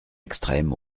extrêmes